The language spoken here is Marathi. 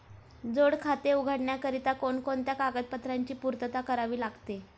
जोड खाते उघडण्याकरिता कोणकोणत्या कागदपत्रांची पूर्तता करावी लागते?